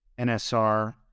NSR